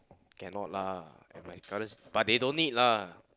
cannot lah and my current but they don't need lah